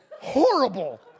horrible